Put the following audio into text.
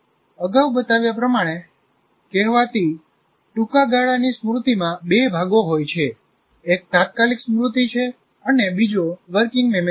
અગાઉ બતાવ્યા પ્રમાણે કહેવાતી ટૂંકા ગાળાની સ્મૃતિમાં બે ભાગો હોય છે એક તાત્કાલિક સ્મૃતિ છે અને બીજો વર્કિંગ સ્મૃતિ છે